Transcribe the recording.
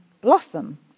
blossom